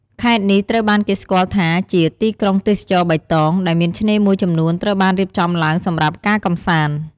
ខេត្តនេះត្រូវបានគេស្គាល់ថាជា "ទីក្រុងទេសចរណ៍បៃតង" ដែលមានឆ្នេរមួយចំនួនត្រូវបានរៀបចំឡើងសម្រាប់ការកម្សាន្ត។